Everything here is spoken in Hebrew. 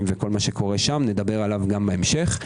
וכל מה שקורה שם - נדבר עליו גם בהמשך.